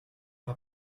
pas